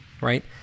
right